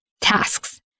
Tasks